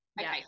Okay